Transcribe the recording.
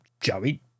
Joey